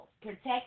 protect